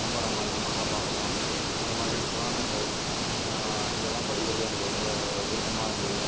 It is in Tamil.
கம்பராமாயணம் மஹாபாரதம் அந்தமாதிரி புராணங்கள் இதெல்லாம் படிக்கிறது எனக்கு ரொம்ப விருப்பமாக இருந்தது